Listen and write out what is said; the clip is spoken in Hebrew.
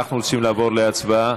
אנחנו רוצים לעבור להצבעה.